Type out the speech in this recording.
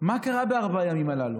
מה קרה בארבעה הימים הללו?